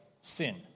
sin